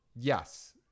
Yes